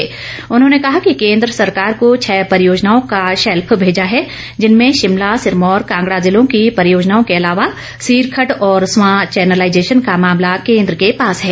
ॅउन्होंने कहा कि केंद्र सरकार को छह परियोजनाओं का शैल्फ भेजा है जिनमें शिमला सिरमौर कांगड़ा जिलों की परियोजनाओं के अलावा सीर खड़ और स्वां चेनेलाइजेशन का मामला केंद्र के पास है